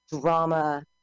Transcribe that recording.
drama